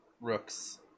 rooks